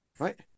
Right